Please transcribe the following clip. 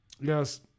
Yes